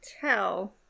tell